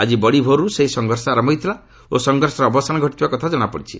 ଆଜି ବଡ଼ିଭୋରୁ ସେହି ସଂଘର୍ଷ ଆରମ୍ଭ ହୋଇଥିଲା ଓ ସଂଘର୍ଷର ଅବସାନ ଘଟିଥିବା କଥା ଜଣାପଡ଼ିଛି